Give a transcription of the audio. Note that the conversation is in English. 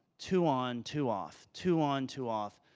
two on, two off, two on, two off.